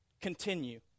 continue